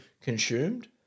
consumed